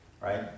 right